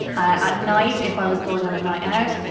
ah at night, if i was going on a night out,